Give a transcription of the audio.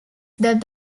that